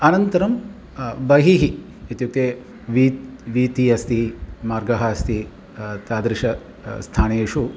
अनन्तरं बहिः इत्युक्ते वी वीथी अस्ति मार्गः अस्ति तादृशः स्थानेषु